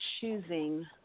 choosing